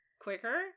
quicker